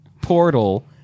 Portal